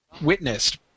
witnessed